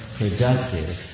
productive